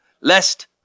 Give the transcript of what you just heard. lest